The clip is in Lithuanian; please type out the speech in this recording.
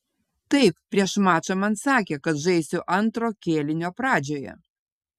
taip prieš mačą man sakė kad žaisiu antro kėlinio pradžioje